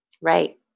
Right